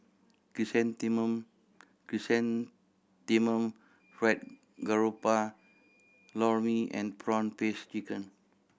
chrysanthemum Chrysanthemum Fried Garoupa Lor Mee and prawn paste chicken